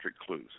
clues